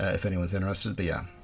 ah if anyone's interested but yeah,